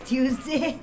Tuesday